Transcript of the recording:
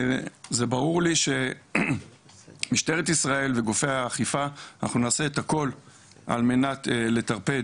וברור לי שמשטרת ישראל וגופי האכיפה אנחנו נעשה את הכל על מנת לטרפד.